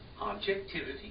Objectivity